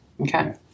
Okay